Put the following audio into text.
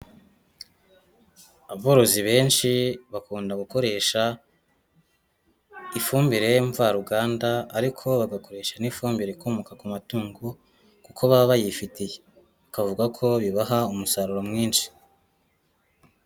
Aborozi benshi bakunda gukoresha ifumbire mvaruganda ariko bagakoresha n'ifumbire ikomoka ku matungo kuko baba bayifitiye, bakavuga ko bibaha umusaruro mwinshi.